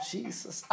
Jesus